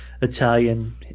Italian